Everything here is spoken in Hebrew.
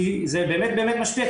כי זה באמת משפיע,